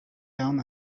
down